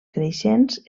creixents